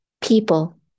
people